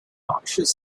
noxious